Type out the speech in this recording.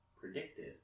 predicted